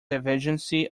divergence